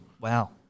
Wow